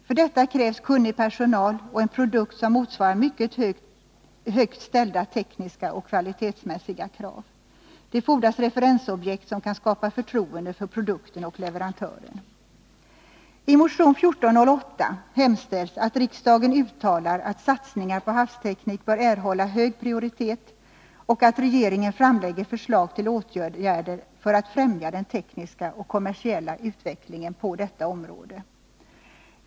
För detta krävs kunnig personal och en produkt som motsvarar mycket högt ställda tekniska och kvalitetsmässiga krav. Det fordras referensobjekt som kan skapa förtroende för produkten och leverantören. I motion 1408 hemställs att riksdagen uttalar att satsningar på havsteknik bör erhålla hög prioritet och att regeringen framlägger förslag till åtgärder för att främja den tekniska och kommersiella utvecklingen på detta område.